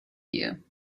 you